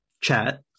chat